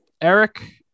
Eric